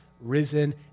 risen